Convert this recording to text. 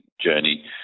journey